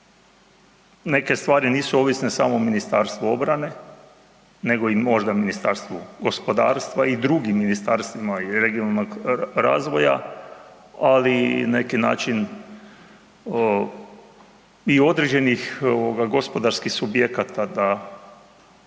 neke stvari nisu ovisne samo o Ministarstvu obrane nego i možda Ministarstva gospodarstva i dr. ministarstvima, i regionalnog razvoja, ali na neki način i određenih gospodarskih subjekata da